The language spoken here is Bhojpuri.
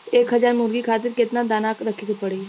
एक हज़ार मुर्गी खातिर केतना दाना रखे के पड़ी?